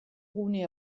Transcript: gune